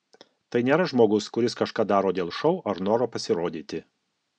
tai nėra žmogus kuris kažką daro dėl šou ar noro pasirodyti